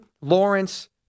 Lawrence